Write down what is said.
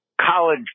college